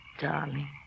Darling